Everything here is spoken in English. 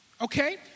Okay